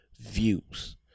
views